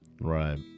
Right